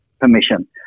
permission